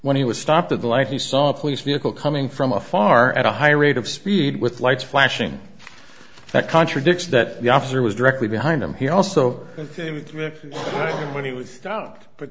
when he was stopped at the light he saw a police vehicle coming from a far at a high rate of speed with lights flashing that contradicts that the officer was directly behind him he also when he was stopped but